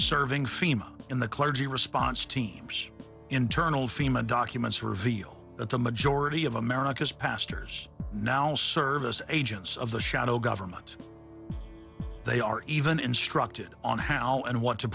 serving fema in the clergy response teams internal fema documents reveal that the majority of america's pastors now service agents of the shadow government they are even instructed on how and want to